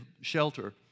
shelter